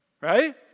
right